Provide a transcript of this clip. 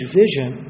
vision